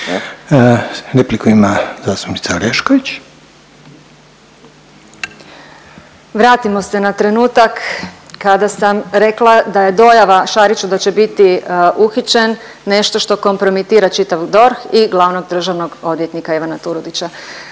**Orešković, Dalija (DOSIP)** Vratimo se na trenutak kada sam rekla da je dojava Šariću da će biti uhićen nešto što kompromitira čitav DORH i glavnog državnog odvjetnika Ivana Turudića.